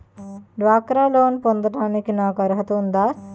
డ్వాక్రా లోన్ పొందటానికి నాకు అర్హత ఉందా?